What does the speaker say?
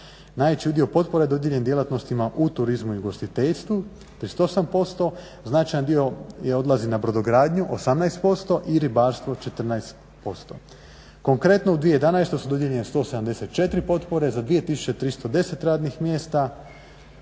Najveći udio potpore dodijeljen je djelatnostima u turizmu i ugostiteljstvu, 38%, značajan dio odlazi na brodogradnju, 18% i ribarstvo 14%. Konkretno u 2011. su dodijeljene 174 potpore, za 2310 radnih mjesta,